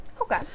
okay